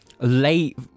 late